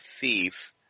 thief